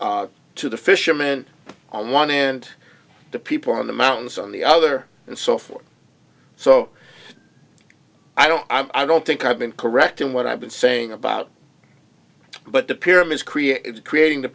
to the fishermen on one hand the people on the mountains on the other and so forth so i don't i don't think i've been correct in what i've been saying about it but the pyramids created creating the